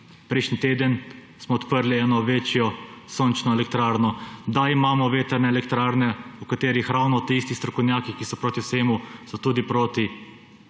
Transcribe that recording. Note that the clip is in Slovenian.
prejšnji teden smo odprli eno večjo sončno elektrarno, da imamo vetrne elektrarne, o katerih ravno tisti strokovnjaki, ki so proti vsemu, so proti,